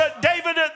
David